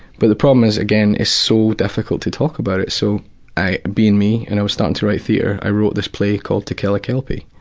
but the problem is again. it's so difficult to talk about it. so i, being me, and i was starting to write theatre, i wrote this play called to kill a kelpie.